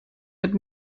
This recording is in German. mit